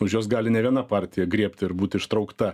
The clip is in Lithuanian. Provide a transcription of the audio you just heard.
už jos gali ne viena partija griebti ir būti ištraukta